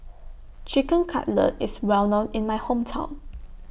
Chicken Cutlet IS Well known in My Hometown